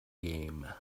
game